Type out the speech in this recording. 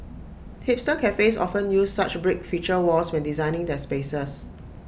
hipster cafes often use such brick feature walls when designing their spaces